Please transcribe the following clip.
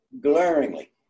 glaringly